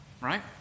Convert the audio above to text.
right